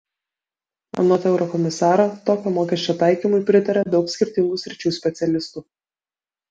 anot eurokomisaro tokio mokesčio taikymui pritaria daug skirtingų sričių specialistų